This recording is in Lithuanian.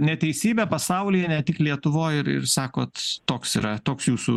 neteisybę pasaulyje ne tik lietuvoj ir ir sakot toks yra toks jūsų